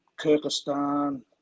Kyrgyzstan